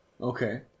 okay